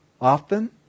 often